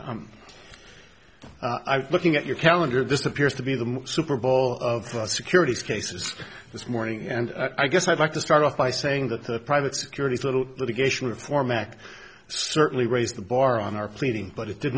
rebuttal i'm looking at your calendar this appears to be the super bowl of securities cases this morning and i guess i'd like to start off by saying that the private securities the litigation reform act certainly raised the bar on our pleading but it did